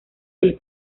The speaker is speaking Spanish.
del